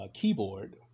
keyboard